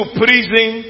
prison